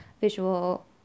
visual